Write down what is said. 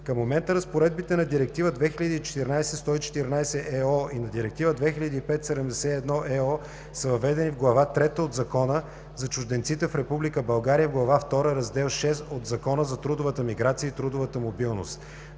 Към момента разпоредбите на Директива 2004/114/ЕО и на Директива 2005/71/EO са въведени в Глава трета от Закона за чужденците в Република България и в Глава втора, Раздел VI от Закона за трудовата миграция и трудовата мобилност.